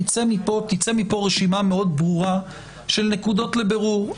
תצא מפה רשימה מאוד ברורה של נקודות לבירור.